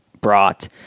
brought